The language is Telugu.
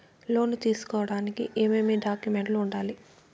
లోను తీసుకోడానికి ఏమేమి డాక్యుమెంట్లు ఉండాలి